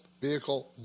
vehicle